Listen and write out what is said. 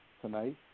tonight